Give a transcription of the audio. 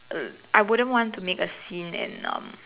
uh I wouldn't want to make a scene and um